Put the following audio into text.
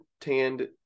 tanned